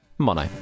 mono